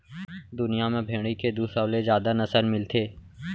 दुनिया म भेड़ी के दू सौ ले जादा नसल मिलथे